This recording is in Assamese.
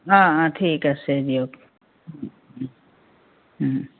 অঁ অঁ ঠিক আছে দিয়ক